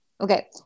Okay